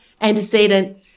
antecedent